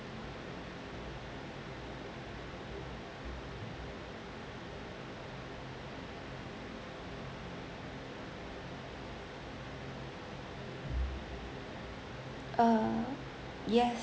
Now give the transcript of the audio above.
uh yes